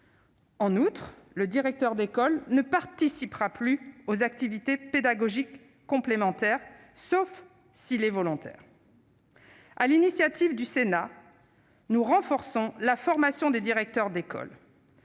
En outre, le directeur d'école ne participera plus aux activités pédagogiques complémentaires, sauf s'il est volontaire. Sur l'initiative du Sénat, nous renforçons la formation des directeurs d'école,